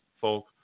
folk